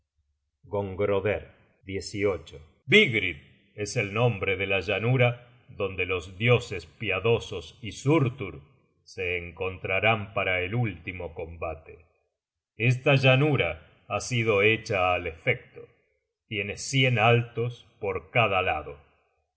último combate gongroder vigrid es el nombre de la llanura donde los dioses piadosos y surtur se encontrarán para el último combate esta llanura ha sido hecha al efecto tiene cien altos por cada lado